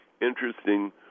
interesting